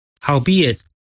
Howbeit